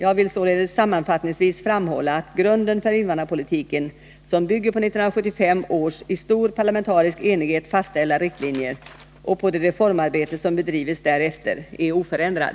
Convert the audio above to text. Jag vill således sammanfattningsvis framhålla att grunden för invandrarpolitiken, som bygger på 1975 års i stor parlamentarisk enighet fastställda riktlinjer och på det reformarbete som bedrivits därefter, är oförändrad.